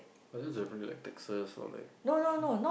!wah! that's definitely like Texas or like